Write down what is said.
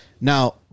Now